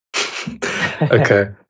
Okay